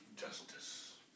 justice